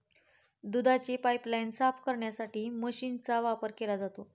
दुधाची पाइपलाइन साफ करण्यासाठीही मशीनचा वापर केला जातो